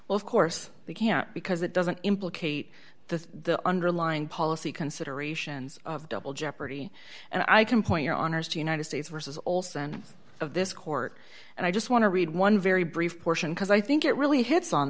well of course we can't because it doesn't implicate the underlying policy considerations of double jeopardy and i can point your honour's to united states versus olson of this court and i just want to read one very brief portion because i think it really hits on